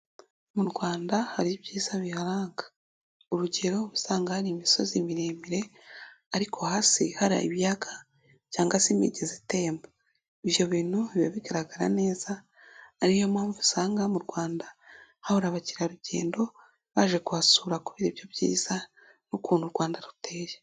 Mu Rwanda hari ibyiza biharanga, urugero usanga hari imisozi miremire ariko hasi hari ibiyaga cyangwa se imigeze itemba, ibyo bintu biba bigaragara neza ariyo mpamvu usanga mu Rwanda hahora abakerarugendo, baje kuhasura kubera ibyo byiza n'ukuntu u Rwanda ruteye.